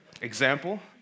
Example